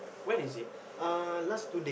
what is it